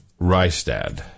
Rystad